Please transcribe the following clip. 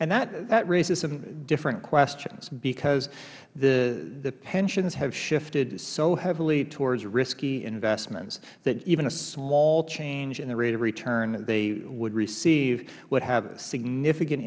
and that raises some different questions because the pensions have shifted so heavily towards risky investments that even a small change in the rate of return they would receive would have significant